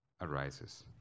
arises